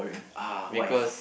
ah why